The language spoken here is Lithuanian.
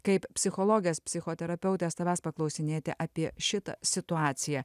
kaip psichologės psichoterapeutės tavęs paklausinėti apie šitą situaciją